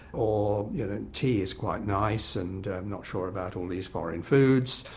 or tea is quite nice, and not sure about all these foreign foods.